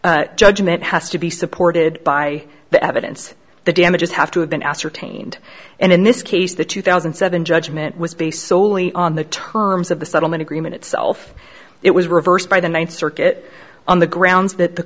that judgment has to be supported by the evidence the damages have to have been ascertained and in this case the two thousand and seven judgment was based soley on the terms of the settlement agreement itself it was reversed by the ninth circuit on the grounds that the